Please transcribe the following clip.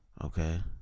okay